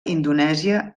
indonèsia